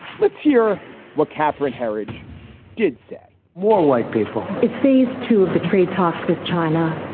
let's hear what catherine herridge did say more white people. it's phase two of the trade talks with china